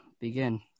begin